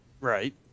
Right